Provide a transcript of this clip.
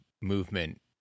movement